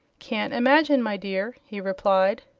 can't imagine, my dear, he replied.